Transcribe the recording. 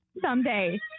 someday